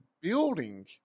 building